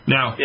Now